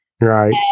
Right